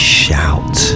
shout